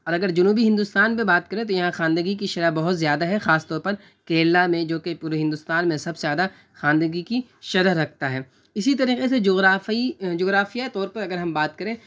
اور اگر جنوبی ہندوستان پہ بات کریں تو یہاں خواندگی کی شرح بہت زیادہ ہے خاص طور پر کیرل میں جوکہ پورے ہندوستان میں سب سے زیادہ خواندگی کی شرح رکھتا ہے اسی طریقے سے جغرافئی جغرافیہ طور پر اگر ہم بات کریں